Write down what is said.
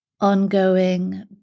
ongoing